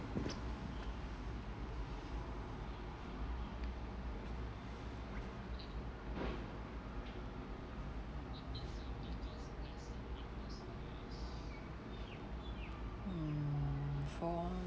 mm for